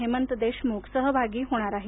हेमंत देशमुख सहभागी होणार आहेत